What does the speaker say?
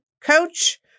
coach